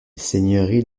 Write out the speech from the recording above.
seigneurie